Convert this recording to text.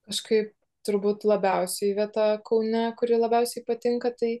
kažkaip turbūt labiausiai vieta kaune kuri labiausiai patinka tai